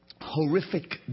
horrific